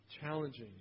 challenging